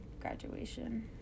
graduation